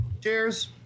Cheers